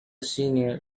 senior